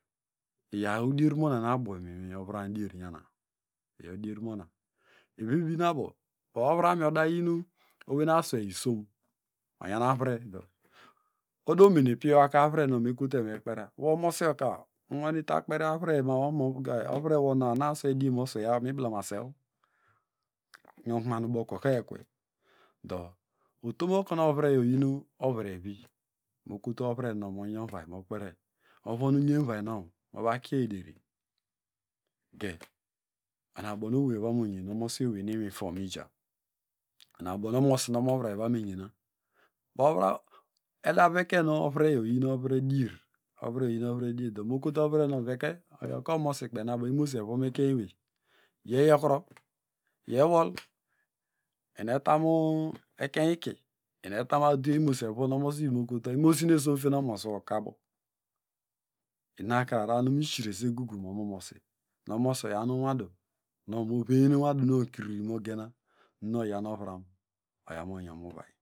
Yaw udiermonam nu abo mu ovram dier ovivi nu abo do ovramiyo oyin owey nu aswey isom onyan are, odo mene piwaka ovrenwn me kotu oyi me kperia wo omosiyo ka mu- nwane ta kperia avirenow omo ge ovirewona na onanyi aswey dier nu miblemase nyokume ubo kwekay ekwey do utom nu oku nu ovreyo oyin ovrevi mo kotu ovire vinow mo yon mu uvum uvay mokperiya utom okunu ovire yo oyi nu ovire vi mo vonu unyenvaynow mova kiey ederi ge ena bonu ewey ena bonu evo meyenu. Omosiowey nu inwoy from mija ura bonu omosi nu omovram evo meyana do ed veken nu ovireyo oyinu ovire dier, ovireyo oyin ovire dier do veke oyiku omosi kpeiny nu abo imomosi evwon ekenyi ewey yi eyokuro yi ewol yi eta mu ekeiny iki eni etam mu adwe imosi evwon imosi nu esom fien omosiwo ka abo inaka arar nu misiresegugun mu omomosi omosi oyan unwudu nu okuru veyen inwaduno kiri mogena nunu oyanu ovram oya.